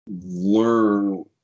learn